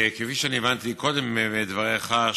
כפי שהבנתי קודם מדבריך,